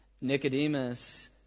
Nicodemus